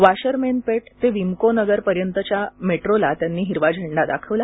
वाशरमेनपेट ते विमको नगरपर्यंतच्या मेट्रोला त्यांनी हिरवा झेंडा दाखवला